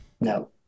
no